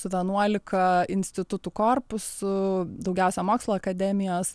su vienuolika institutų korpusu daugiausia mokslų akademijos